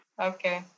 Okay